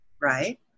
right